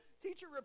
Teacher